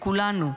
לכולנו,